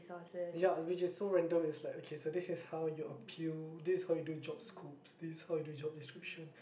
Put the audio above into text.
ya which is so random is like okay so this is how you appeal this is how you do job scopes this is how you do job description